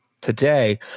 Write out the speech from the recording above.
today